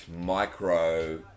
micro